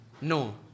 No